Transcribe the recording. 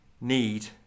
need